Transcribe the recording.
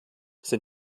sind